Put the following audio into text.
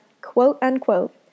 quote-unquote